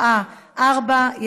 בשעה 16:00.